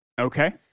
Okay